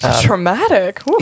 Traumatic